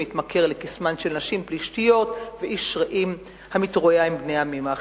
מתמכר לקסמן של נשים פלישתיות ואיש רעים המתרועע עם בני העמים האחרים.